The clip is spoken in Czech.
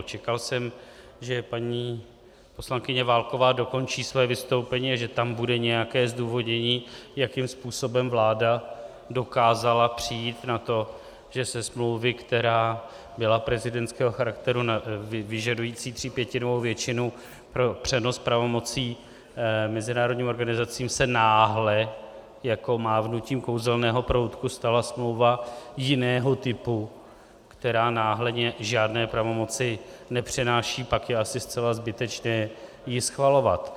Čekal jsem, že paní poslankyně Válková dokončí své vystoupení a že tam bude nějaké zdůvodnění, jakým způsobem vláda dokázala přijít na to, že ze smlouvy, která byla prezidentského charakteru, vyžadující třípětinovou většinu pro přenos pravomocí mezinárodním organizacím, se náhle jako mávnutím kouzelného proutku stala smlouva jiného typu, která náhle žádné pravomoci nepřenáší, pak je asi zcela zbytečné ji schvalovat.